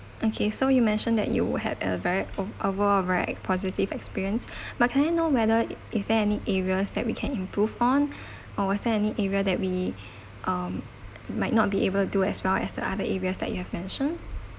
okay so you mentioned that you were had a very oh overall a very positive experience but can I know whether it is there any areas that we can improve on or was there any area that we um might not be able to do as well as the other areas that you have mentioned